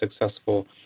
successful